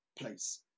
place